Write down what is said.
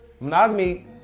monogamy